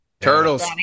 Turtles